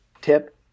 tip